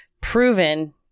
proven